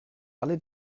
alle